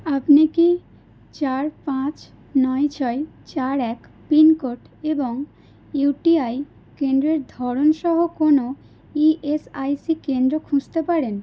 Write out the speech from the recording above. আপনি কি চার পাঁচ নয় ছয় চার এক পিনকোড এবং ইউটিআই কেন্দ্রের ধরনসহ কোনও ইএসআইসি কেন্দ্র খুঁজতে পারেন